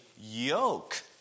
yoke